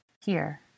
Here